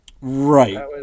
Right